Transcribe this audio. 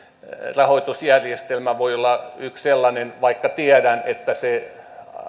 rahoitusjärjestelmä voi olla yksi sellainen vaikka tiedän että se